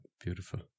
beautiful